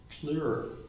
clearer